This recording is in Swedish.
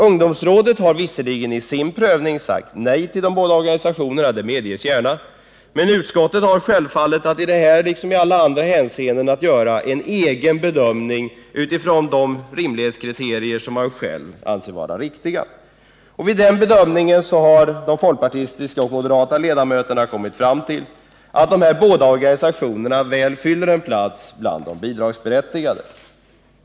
Ungdomsrådet har visserligen i sin prövning sagt nej till de båda organisationerna, det medges gärna, men utskottet har självfallet att i detta liksom i alla andra fall göra en egen bedömning utifrån de kriterier som det självt anser vara riktiga. Vid den bedömningen har de folkpartistiska och moderata ledamöterna kommit fram till att de här båda organisationerna väl fyller en plats bland de bidragsberättigade.